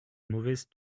mauvaise